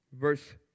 verse